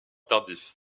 tardif